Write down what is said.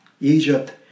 Egypt